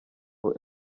ngo